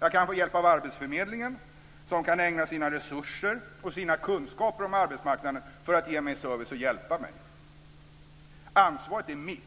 Jag kan få hjälp av arbetsförmedlingen, som kan ägna sina resurser och sina kunskaper om arbetsmarknaden åt att ge mig service och hjälpa mig. Ansvaret är mitt.